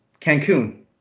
Cancun